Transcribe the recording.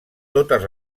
totes